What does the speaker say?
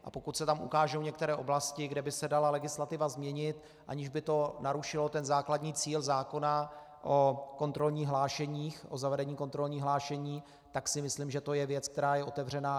A pokud se tam ukážou některé oblasti, kde by se dala legislativa změnit, aniž by to narušilo základní cíl zákona o zavedení kontrolních hlášení, tak si myslím, že to je věc, která je otevřená.